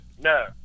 No